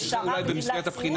לשר"פ ולגמלת סיעוד?